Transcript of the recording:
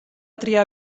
triar